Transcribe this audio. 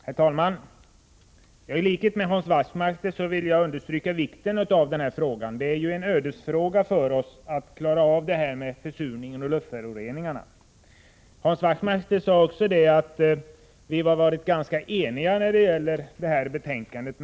Herr talman! I likhet med Hans Wachtmeister vill jag understryka vikten av den här frågan. Det är en ödesfråga för oss att klara av detta med försurningen och luftföroreningarna. Hans Wachtmeister sade också att vi har varit ganska eniga när det gäller det här betänkandet.